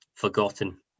Forgotten